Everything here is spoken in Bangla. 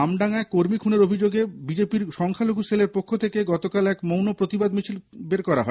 আমডাঙ্গায় কর্মী খুনের অভিযানে বিজেপির সংখ্যালঘু সেলের পক্ষ থেকে গতকাল এক প্রতিবাদ মিছিল করা হয়